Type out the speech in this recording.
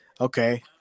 Okay